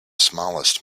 smallest